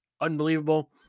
unbelievable